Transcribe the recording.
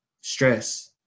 stress